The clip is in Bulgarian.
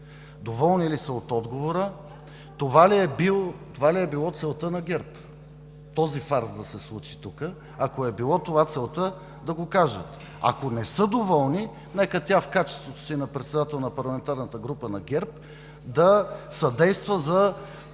ИВАН ЧЕНЧЕВ: …това ли е било целта на ГЕРБ – този фарс да се случи тук. Ако е било това целта – да го кажат. Ако не са доволни, нека тя – в качеството си на председател на парламентарната група на ГЕРБ, да съдейства